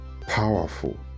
powerful